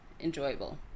enjoyable